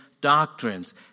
doctrines